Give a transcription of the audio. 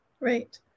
Right